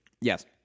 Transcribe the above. Yes